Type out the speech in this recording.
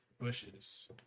bushes